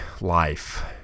life